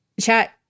Chat